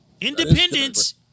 Independence